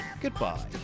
Goodbye